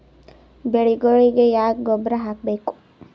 ಬೆಳಿಗೊಳಿಗಿ ಯಾಕ ಗೊಬ್ಬರ ಹಾಕಬೇಕು?